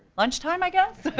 lunchtime, i guess?